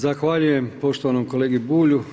Zahvaljujem poštovanom kolegi Bulju.